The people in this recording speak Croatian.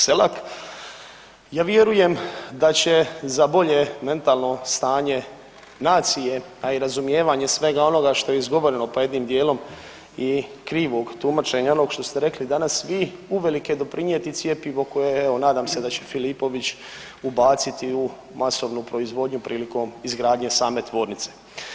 Selak, ja vjerujem da će za bolje mentalno stanje nacije, a i razumijevanje svega onoga što je izgovoreno, pa jednim dijelom i krivog tumačenja onog što ste rekli danas vi uvelike doprinjeti cjepivo koje evo nadam se da će Filipović ubaciti u masovnu proizvodnju prilikom izgradnje same tvornice.